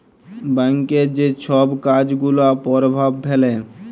ব্যাংকের যে ছব কাজ গুলা পরভাব ফেলে